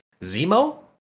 Zemo